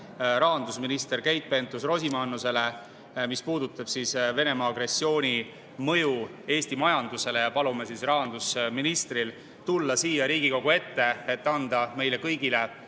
rahandusminister Keit Pentus-Rosimannusele arupärimise. See puudutab Venemaa agressiooni mõju Eesti majandusele. Palume rahandusministril tulla siia Riigikogu ette, et anda meile kõigile